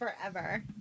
forever